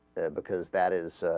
because that is ah.